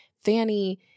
Fanny